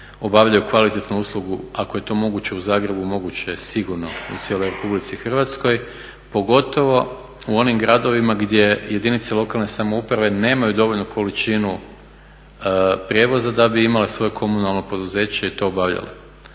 obavljaju kvalitetnu uslugu ako je to moguće u Zagrebu moguće je sigurno u cijeloj Republici Hrvatskoj pogotovo u onim gradovima gdje jedinice lokalne samouprave nemaju dovoljnu količinu prijevoza da bi imalo svoje komunalno poduzeće i to obavljalo.